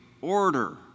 order